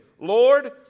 Lord